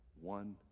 one